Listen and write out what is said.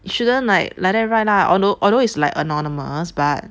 you shouldn't like like that right lah although although is like anonymous but